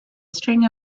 string